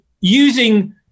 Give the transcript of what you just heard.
using